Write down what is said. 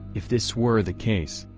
if this were the case,